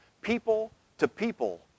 people-to-people